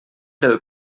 del